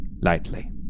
Lightly